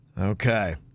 Okay